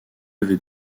levées